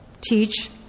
teach